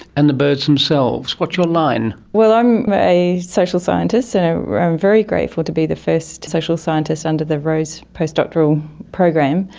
and the birds themselves. what's your line? well, i'm a social scientist and ah i'm very grateful to be the first social scientist under the rose postdoctoral program.